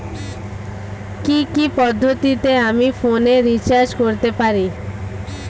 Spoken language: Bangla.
কি কি পদ্ধতিতে আমি ফোনে রিচার্জ করতে পারি?